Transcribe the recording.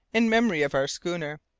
in memory of our schooner,